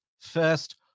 first